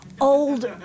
old